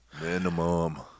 minimum